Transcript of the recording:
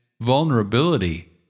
vulnerability